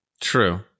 true